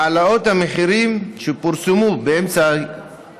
העלאות המחירים, שפורסמו באמצעי התקשורת